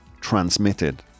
transmitted